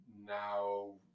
now